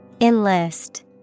Enlist